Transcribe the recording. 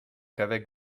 qu’avec